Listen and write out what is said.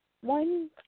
one